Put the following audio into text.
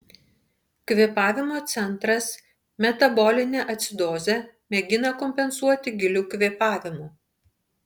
kvėpavimo centras metabolinę acidozę mėgina kompensuoti giliu kvėpavimu